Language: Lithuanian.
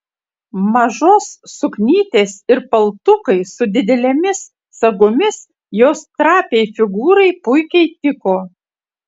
mažos suknytės ir paltukai su didelėmis sagomis jos trapiai figūrai puikiai tiko